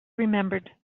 remembered